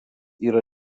yra